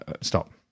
stop